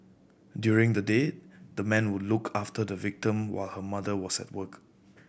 during the day the man would look after the victim while her mother was at work